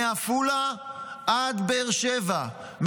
מעפולה עד באר שבע,